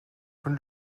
von